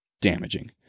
damaging